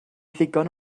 ddigon